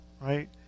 right